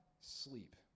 sleep